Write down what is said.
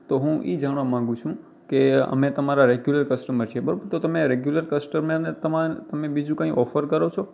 તો હું એ જાણવા માગુ છે કે અમે તમારા રૅગ્યુલર કસ્ટમર છીએ બરાબર તો તમે રૅગ્યુલર કસ્ટમરને તમાર તમે બીજું કંઈ ઑફર કરો છો